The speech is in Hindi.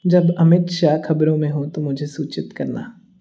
जब अमित शाह ख़बरों में हो तो मुझे सूचित करना